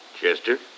Chester